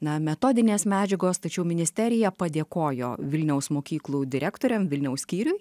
na metodinės medžiagos tačiau ministerija padėkojo vilniaus mokyklų direktoriam vilniaus skyriui